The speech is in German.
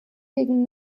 gegen